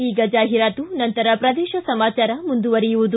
ಈಗ ಜಾಹಿರಾತು ನಂತರ ಪ್ರದೇಶ ಸಮಾಚಾರ ಮುಂದುವರಿಯುವುದು